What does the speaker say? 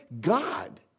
God